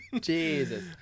Jesus